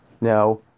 Now